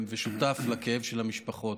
ושותף לכאב של המשפחות.